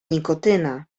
nikotyna